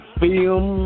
film